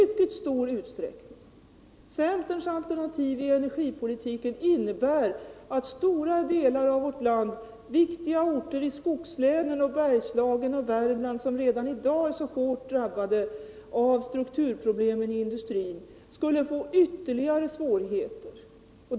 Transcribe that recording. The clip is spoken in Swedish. Centerns alternativ i energipolitiken innebär att stora delar av vårt land — det gäller viktiga orter i skogslänen i Norrland, i Bergslagen och i Värmland som redan i dag är så hårt drabbade av strukturproblemen inom industrin — skulle få ytterligare svårigheter.